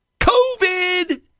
COVID